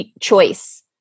choice